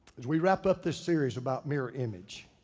as we wrap up this series about mirror image,